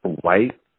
white